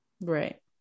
right